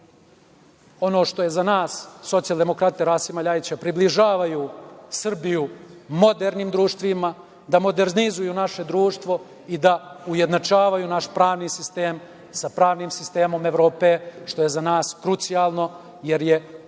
ono što je za nas socijaldemokrate Rasima LJajića, približavaju Srbiju modernim društvima, da modernizuju naše društvo i da ujednačavaju naš pravni sistem sa pravnim sistemom Evrope, što je za nas krucijalno jer je